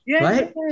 right